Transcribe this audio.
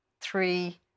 Three